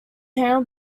handled